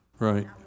Right